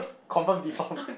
confirm deform